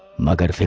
my guide.